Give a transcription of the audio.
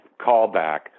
callback